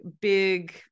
big